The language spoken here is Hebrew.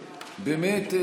באמת,